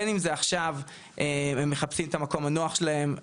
בין אם זה עכשיו הם מחפשים את המקום הנוח שלהם,